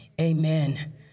Amen